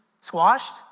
squashed